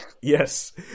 Yes